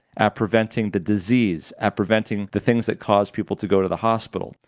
at preventing the disease, at preventing the things that cause people to go to the hospital.